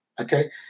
okay